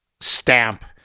stamp